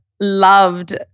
Loved